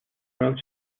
прав